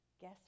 guess